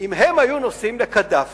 אם הם היו נוסעים לקדאפי